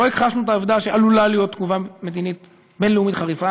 לא הכחשנו את העובדה שעלולה להיות תגובה בין-לאומית חריפה,